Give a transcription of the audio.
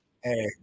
Hey